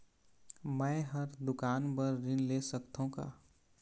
मैं हर दुकान बर ऋण ले सकथों का?